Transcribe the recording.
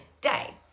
day